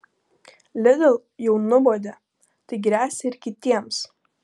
lidl jau nubaudė tai gresia ir kitiems